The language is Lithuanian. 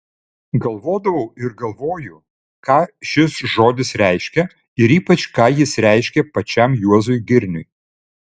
galvodavau ir galvoju ką šis žodis reiškia ir ypač ką jis reiškė pačiam juozui girniui